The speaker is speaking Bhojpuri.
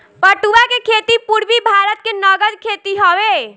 पटुआ के खेती पूरबी भारत के नगद खेती हवे